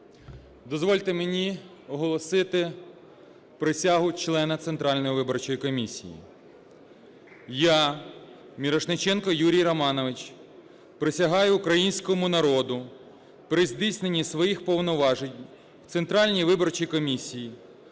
Дозвольте мені оголосити присягу члена Центральної виборчої комісії. Я, Мірошниченко Юрій Романович, присягаю Українському народу при здійсненні своїх повноважень у Центральній виборчій комісії